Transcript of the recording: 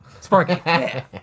Sparky